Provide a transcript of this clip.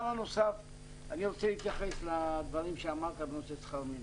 אני רוצה להתייחס לדברים שאמרת בנושא שכר מינימום.